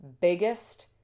biggest